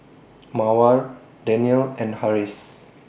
Mawar Daniel and Harris